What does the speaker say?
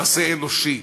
מעשה אנושי.